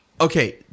okay